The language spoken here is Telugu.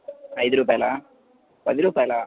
ఐదు రుపాయలా పది రుపాయలా